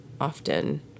often